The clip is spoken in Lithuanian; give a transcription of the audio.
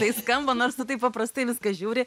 tai skamba nors tu taip paprastai į viską žiūri